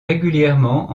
régulièrement